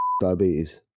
diabetes